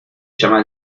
llama